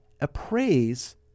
appraise